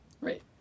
Right